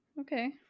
Okay